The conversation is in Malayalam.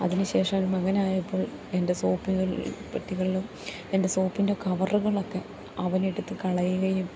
അതിന്ശേഷം മകനായപ്പോൾ എൻ്റെ സോപ്പുകൾ പെട്ടികളിലും എൻ്റെ സോപ്പിൻ്റെ കവറുകളൊക്കെ അവനെടുത്ത് കളയുകയും